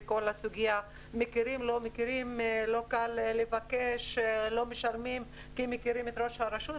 לא קל לבקש כי מכירים את ראש הרשות,